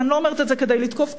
ואני לא אומרת את זה כדי לתקוף את